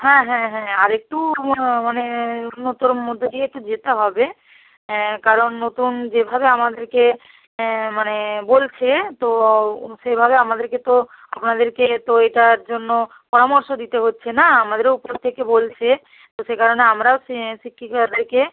হ্যাঁ হ্যাঁ হ্যাঁ আর একটু মানে উন্নতর মধ্য দিয়ে একটু যেতে হবে কারণ নতুন যেভাবে আমাদেরকে মানে বলছে তো সেইভাবে আমাদেরকে তো আপনাদেরকে তো এটার জন্য পরামর্শ দিতে হচ্ছে না আমাদেরও উপর থেকে বলছে তো সে কারণে আমরাও সে শিক্ষিকাদেরকে